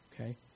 Okay